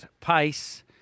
pace